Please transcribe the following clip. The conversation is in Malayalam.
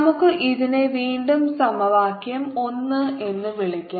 നമുക്ക് ഇതിനെ വീണ്ടും സമവാക്യം 1 എന്ന് വിളിക്കാം